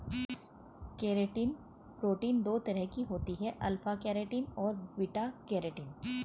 keratin protein दो तरह की होती है अल्फ़ा केरेटिन और बीटा केरेटिन